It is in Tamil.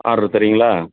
ஆர்ட்ரு தர்றீங்களா